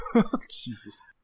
Jesus